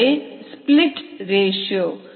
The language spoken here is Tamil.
இதுவே ஸ்பிளிட் ரேஷியோ